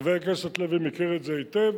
חבר הכנסת לוין מכיר את זה היטב,